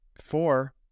four